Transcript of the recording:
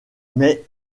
mais